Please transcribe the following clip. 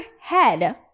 head